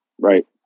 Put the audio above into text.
Right